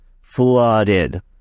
flooded